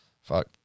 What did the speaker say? Fuck